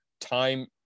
time